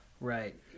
Right